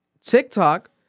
TikTok